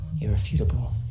Irrefutable